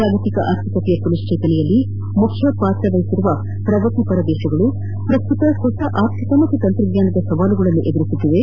ಜಾಗತಿಕ ಆರ್ಥಿಕತೆಯ ಪುನಶ್ಚೇತನೆಯಲ್ಲಿ ಮುಖ್ಯ ಪಾತ್ರ ವಹಿಸಿರುವ ಪ್ರಗತಿಪರ ರಾಷ್ಟಗಳು ಪ್ರಸ್ತುತ ಹೊಸ ಆರ್ಥಿಕ ಮತ್ತು ತಂತ್ರಜ್ಞಾನದ ಸವಾಲುಗಳನ್ನು ಎದುರಿಸುತ್ತಿವೆ